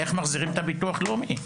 איך מחזירים את הביטוח לאומי,